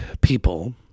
people